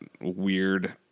weird